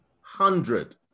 hundred